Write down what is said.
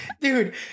dude